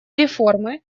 реформы